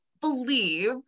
believe